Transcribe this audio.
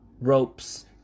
ropes